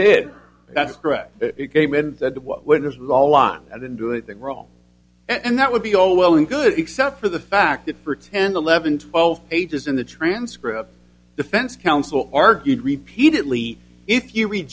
did that's correct it came in that what witness was all on and then do it the wrong and that would be all well and good except for the fact that for ten eleven twelve pages in the transcript defense counsel argued repeatedly if you re